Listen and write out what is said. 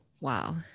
Wow